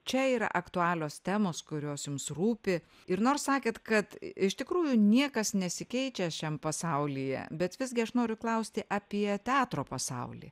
čia yra aktualios temos kurios jums rūpi ir nors sakėt kad iš tikrųjų niekas nesikeičia šiam pasaulyje bet visgi aš noriu klausti apie teatro pasaulį